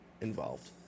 involved